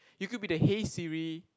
you could be the hey Siri